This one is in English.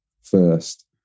first